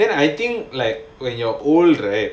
then I think like when you're old right